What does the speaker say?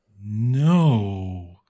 No